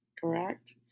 correct